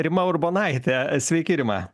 rima urbonaitė sveiki rima